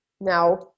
now